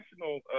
national